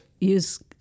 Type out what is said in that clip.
use